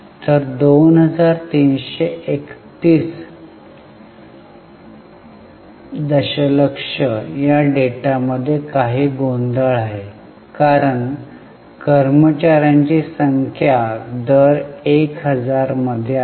तर 2331 दशलक्ष या डेटा मध्ये काही गोंधळ आहे कारण कर्मचार्यांची संख्या दर 1000 मध्ये आहे